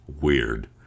weird